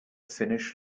finnish